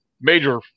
major